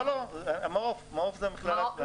מעוף זאת המכללה.